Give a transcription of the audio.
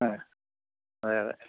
ആ അതെ അതെ